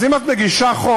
אז אם את מגישה חוק,